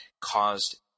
caused